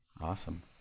awesome